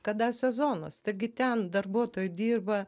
kada sezonas taigi ten darbuotojai dirba